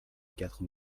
quatre